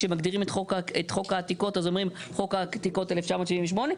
כשמגדירים את חוק העתיקות אז אומרים חוק העתיקות 1978,